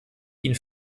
ihn